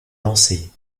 lancée